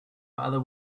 other